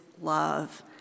love